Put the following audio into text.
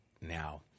now